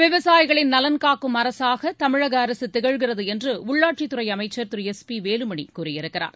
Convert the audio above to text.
விவசாயிகளின் நலன் காக்கும் அரசாக தமிழக அரசு திகழ்கிறது என்று உள்ளாட்சித்துறை அமைச்ச் திரு எஸ் பி வேலுமணி கூறியிருக்கிறார்